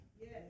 Yes